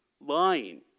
lying